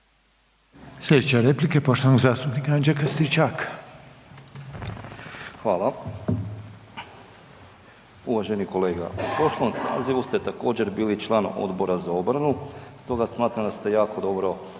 Sljedeća replika je poštovanog zastupnika Anđelka Stričaka. **Stričak, Anđelko (HDZ)** Hvala. Uvaženi kolega, u prošlom sazivu ste također, bili član Odbora za obranu stoga smatram da ste jako dobro